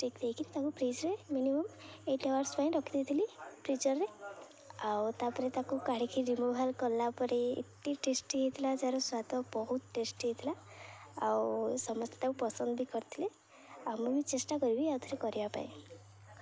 stick ଦେଇକି ତାକୁ ଫ୍ରିଜରେ ମିନିମମ୍ ଏଇଟ ଆୱାର୍ସ ପାଇଁ ରଖିଦେଇଥିଲି ଫ୍ରିଜରରେ ଆଉ ତା'ପରେ ତାକୁ କାଢ଼ିକି ରିମୁଭାଲ କଲା ପରେ ଏତେ ଟେଷ୍ଟି ହେଇଥିଲା ଯାର ସ୍ୱାଦ ବହୁତ ଟେଷ୍ଟି ହେଇଥିଲା ଆଉ ସମସ୍ତେ ତାକୁ ପସନ୍ଦ ବି କରିଥିଲେ ଆଉ ମୁଁ ବି ଚେଷ୍ଟା କରିବି ଆଉଥରେ କରିବା ପାଇଁ